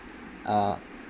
uh